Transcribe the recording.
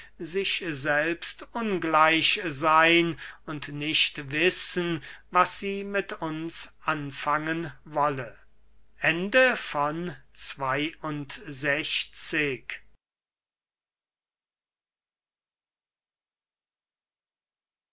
sich selbst ungleich seyn und nicht wissen was sie mit uns anfangen wolle